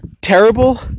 terrible